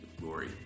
glory